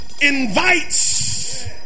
Invites